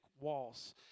walls